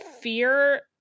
fear